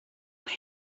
only